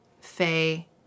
Faye